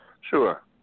sure